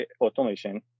automation